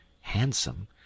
handsome